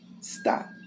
Stop